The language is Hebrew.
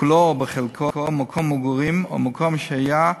כולו או חלקו, מקום מגורים או מקום שהייה לילדים,